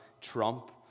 Trump